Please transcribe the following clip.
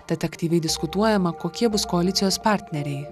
tad aktyviai diskutuojama kokie bus koalicijos partneriai